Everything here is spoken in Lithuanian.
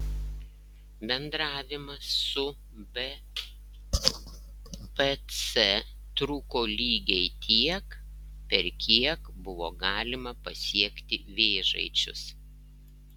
bendravimas su bpc truko lygiai tiek per kiek buvo galima pasiekti vėžaičius